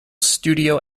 studio